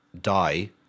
die